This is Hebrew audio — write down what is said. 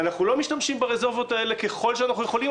אנחנו לא משתמשים ברזרבות האלה ככל שאנחנו יכולים,